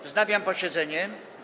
Wznawiam posiedzenie.